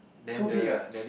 so big ah